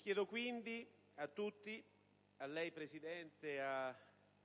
Chiedo quindi a tutti - a lei, Presidente, e